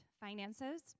finances